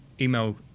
email